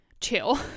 chill